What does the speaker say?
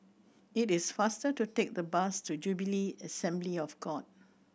it is faster to take the bus to Jubilee Assembly of God